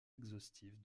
exhaustive